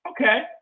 Okay